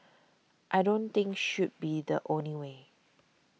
I don't think should be the only way